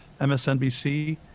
MSNBC